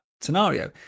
scenario